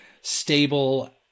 stable